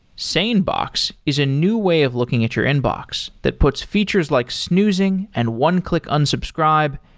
sanebox is a new way of looking at your inbox that puts features like snoozing, and one-click unsubscribe,